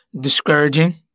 discouraging